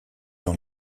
dans